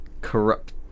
corrupt